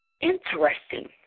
interesting